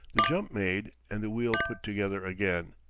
the jump made, and the wheel put together again.